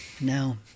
No